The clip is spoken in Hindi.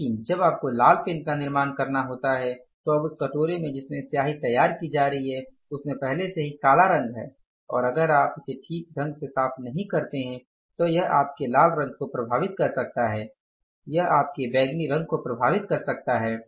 लेकिन जब आपको लाल पेन का निर्माण करना होता है तो अब उस कटोरे में जिसमे स्याही तैयार की जा रही है उसमें पहले से ही काला रंग है और अगर आप इसे ठीक से साफ नहीं करते हैं तो यह आपके लाल रंग को प्रभावित कर सकता है यह आपके बैंगनी रंग को प्रभावित कर सकता है